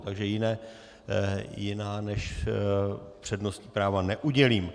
Takže jiná než přednostní práva neudělím.